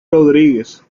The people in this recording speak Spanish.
rodríguez